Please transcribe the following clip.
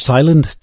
Silent